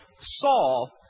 Saul